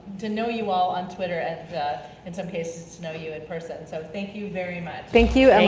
to know you all on twitter, and in some cases, to know you in person, so thank you very much. thank you and